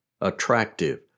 Attractive